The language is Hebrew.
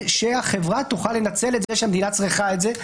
שהחברה תוכל לנצל את זה שהמדינה צריכה את זה,